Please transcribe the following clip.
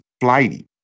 flighty